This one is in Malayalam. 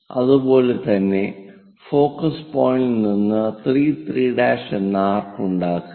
അതുപോലെ തന്നെ ഫോക്കസ് പോയിന്റിൽ നിന്ന് 3 3' എന്ന ആർക്ക് ഉണ്ടാക്കുക